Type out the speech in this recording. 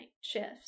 shifts